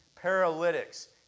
paralytics